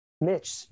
Mitch